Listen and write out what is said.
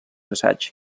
assaigs